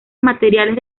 materiales